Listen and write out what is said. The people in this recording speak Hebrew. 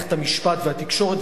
מערכת המשפט והתקשורת.